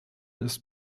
ist